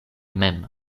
mem